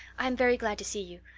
i'm very glad to see you.